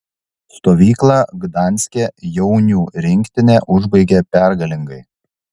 stovyklą gdanske jaunių rinktinė užbaigė pergalingai